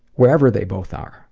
wherever they both are.